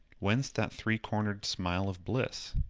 whence that three-cornered smile of bliss?